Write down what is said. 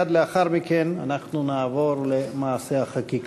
ומייד לאחר מכן אנחנו נעבור למעשה החקיקה,